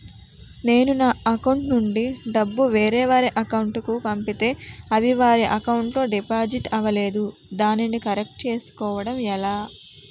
నేను నా అకౌంట్ నుండి డబ్బు వేరే వారి అకౌంట్ కు పంపితే అవి వారి అకౌంట్ లొ డిపాజిట్ అవలేదు దానిని కరెక్ట్ చేసుకోవడం ఎలా?